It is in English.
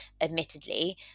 admittedly